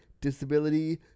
disability